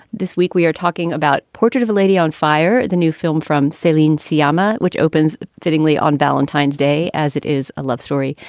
this week we are talking about portrait of a lady on fire. the new film from celine cma, which opens fittingly on valentine's day as it is a love story.